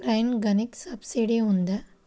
Rain గన్కి subsidy ఉందా?